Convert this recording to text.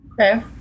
Okay